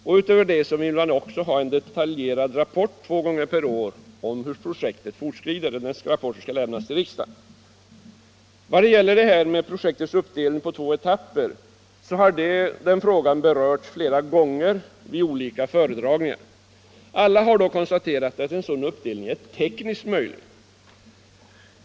Därutöver vill moderaterna också ha en detaljerad rapport två gånger per år om hur projektet fortskrider. Denna rapport skall lämnas till riksdagen. Frågan om projektets uppdelning på två etapper har berörts flera gånger vid olika föredragningar. Alla har då konstaterat att en sådan uppdelning är tekniskt möjlig.